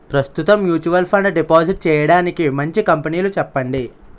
ప్రస్తుతం mutual fund deposit చేయడానికి మంచి కంపెనీలు చెప్పండి